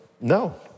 no